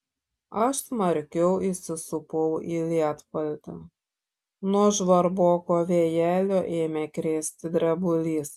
aš smarkiau įsisupau į lietpaltį nuo žvarboko vėjelio ėmė krėsti drebulys